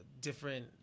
different